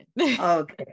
Okay